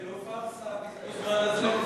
וזה לא פארסה, בזבוז הזמן הזה?